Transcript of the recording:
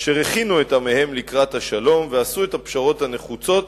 אשר הכינו את עמיהם לקראת השלום ועשו את הפשרות הנחוצות